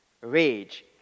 rage